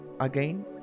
again